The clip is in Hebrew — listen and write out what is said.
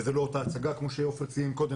וזו לא אותה הצגה כמו שעופר ציין קודם,